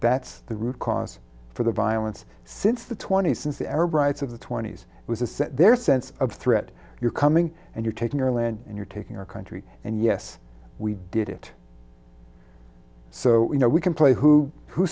that's the root cause for the violence since the twenty's since the arab rights of the twenty's was a set their sense of threat you're coming and you're taking your land and you're taking our country and yes we did it so you know we can play who who